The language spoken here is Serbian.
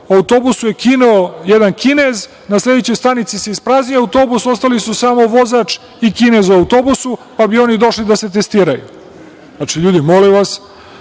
autobusu i kinuo jedan Kinez, na sledećoj stanici se ispraznio autobus, ostali su samo vozač i Kinez u autobusu pa bi oni došli da se testiraju. Znači, ljudi molim vas,